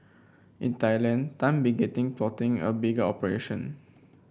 in Thailand Tan plotting a bigger operation